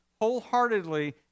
wholeheartedly